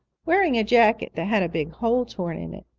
wearing a jacket that had a big hole torn in it.